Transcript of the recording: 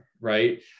right